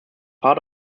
part